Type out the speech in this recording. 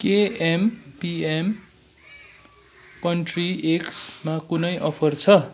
के M P M country एग्समा कुनै अफर छ